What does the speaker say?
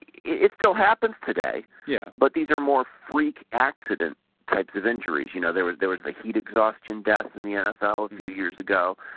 it still happens today yeah but these are more freak accident types of injuries, you know, there was there was the heat exhaustion death in the nfl a few years ago,